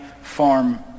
form